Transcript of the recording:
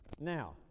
Now